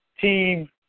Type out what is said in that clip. team